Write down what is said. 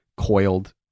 Coiled